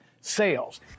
sales